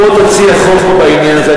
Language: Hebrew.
בוא תציע חוק בעניין הזה.